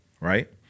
right